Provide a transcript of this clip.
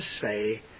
say